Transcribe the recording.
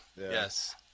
yes